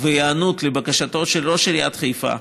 והיענות לבקשתו של ראש עיריית חיפה.